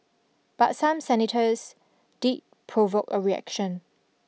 but some senators did provoke a reaction